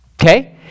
Okay